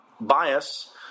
Bias